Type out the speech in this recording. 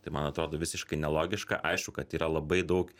tai man atrodo visiškai nelogiška aišku kad yra labai daug